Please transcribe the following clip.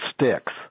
sticks